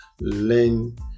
learn